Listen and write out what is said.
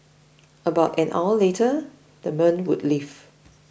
about an hour later the men would leave